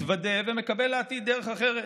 מתוודה ומקבל לעתיד דרך אחרת.